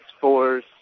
force